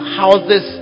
houses